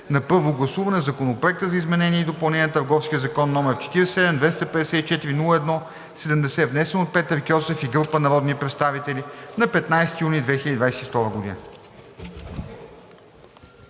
на първо гласуване Законопроект за изменение и допълнение на Търговския закон, № 47-254-01-70, внесен от Петър Кьосев и група народни представители на 15 юни 2022 г.“